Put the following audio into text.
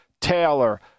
Taylor